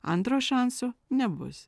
antro šanso nebus